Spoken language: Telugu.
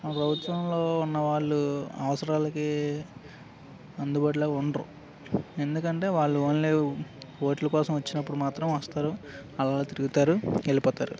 మా ప్రభుత్వంలో ఉన్న వాళ్ళు అవసరాలకి అందుబాటులో ఉండరు ఎందుకంటే వాళ్ళు ఓన్లీ ఓట్ల కోసం వచ్చినప్పుడు మాత్రం వస్తారు అలా తిరుగుతారు వెళ్ళిపోతారు